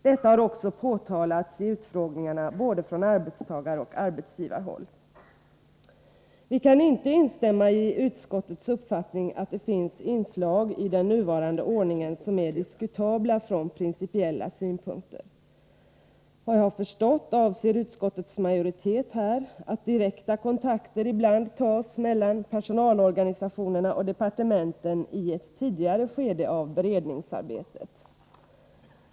Detta har också påtalats i utfrågningarna från både arbetstagaroch arbetsgivarhåll, Vi kan inte instämma i utskottets uppfattning att det finns inslag i den nuvarande ordningen som är diskutabla från principiella synpunkter. Såvitt jag har förstått avser utskottets majoritet här att direkta kontakter ibland tas mellan personalorganisationerna och departementen i ett tidigare skede av beredningsarbetet.